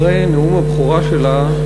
אחרי נאום הבכורה שלה,